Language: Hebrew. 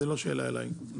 זאת לא שאלה אליי.